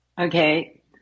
Okay